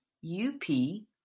U-P